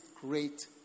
Great